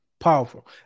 Powerful